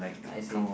I see